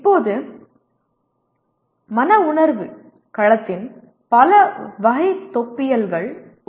இப்போது மன உணர்வு களத்தின் பல வகைதொகுப்பியல்கள் உள்ளன